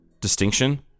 distinction